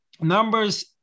numbers